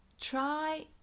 try